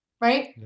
Right